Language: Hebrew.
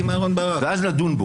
ואז נדון בו.